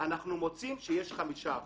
אנחנו מוצאים שיש חמישה אחוזים.